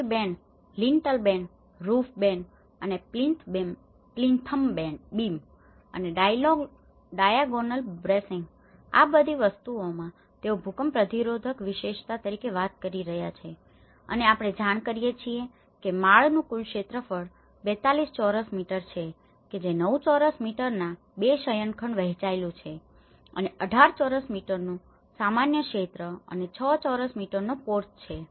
seal band lintel band roof band અને plinth beam અને diagonal bracing આ બધી વસ્તુઓમાં તેઓ ભૂકંપ પ્રતિરોધક વિશેષતા તરીકે વાત કરી રહ્યા છે અને આપણે જાણ કરીએ છીએ કે માળનું કુલ ક્ષેત્રફળ 42 ચોરસ મીટર છે કે જે 9 ચોરસ મીટરના 2 શયનખંડ વહેંચાયેલું છે અને 18 ચોરસ મીટરનું સામાન્ય ક્ષેત્ર અને 6 ચોરસ મીટરનો પોર્ચ છે